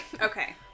okay